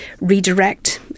redirect